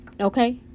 Okay